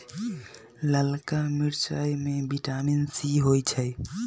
ललका मिरचाई में विटामिन सी होइ छइ